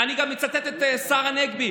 אני גם מצטט את השר הנגבי,